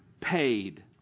paid